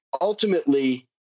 ultimately